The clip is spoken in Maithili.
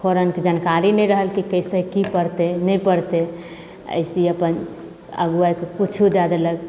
फोरनके जानकारी नहि रहल की कैसे की पड़तै नहि पड़तै एहिसे ही अपन अगुआएँके किछु दै देलक